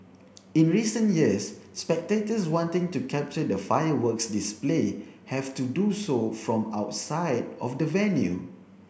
in recent years spectators wanting to capture the fireworks display have to do so from outside of the venue